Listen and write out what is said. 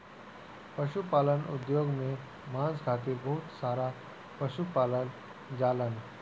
पशुपालन उद्योग में मांस खातिर बहुत सारा पशु पालल जालन